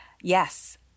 yes